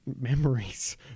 memories